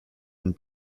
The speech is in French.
une